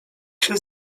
się